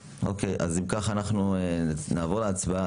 אוקיי, אז אם כך אנחנו נעבור להצבעה.